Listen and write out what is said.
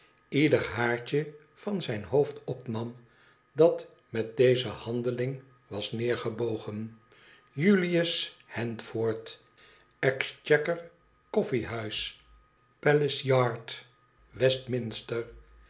ieder haartje van zijn hoofd opnam dat met deze handeling was neergebogen julius handford exchequer koffiehuis palace